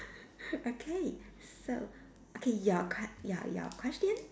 okay so okay your que~ your your question